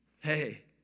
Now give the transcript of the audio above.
Hey